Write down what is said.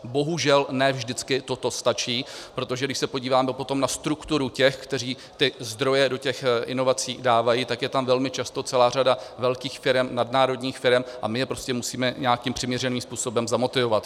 Bohužel ne vždycky toto stačí, protože když se podíváme potom na strukturu těch, kteří zdroje do inovací dávají, tak je tam velmi často celá řada velkých firem, nadnárodních firem, a my je prostě musíme nějakým přiměřeným způsobem zamotivovat.